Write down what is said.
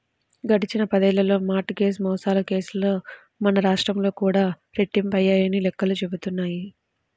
గడిచిన పదేళ్ళలో mortgage మోసాల కేసులు మన రాష్ట్రంలో కూడా రెట్టింపయ్యాయని లెక్కలు చెబుతున్నాయి